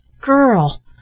girl